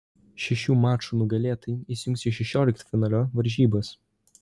šešių mačų nugalėtojai įsijungs į šešioliktfinalio varžybas